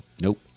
Nope